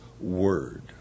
word